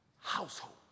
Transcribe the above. household